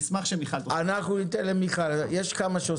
אשמח שמיכל גרינגליק תוכל לדבר.